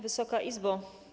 Wysoka Izbo!